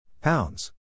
Pounds